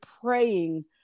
praying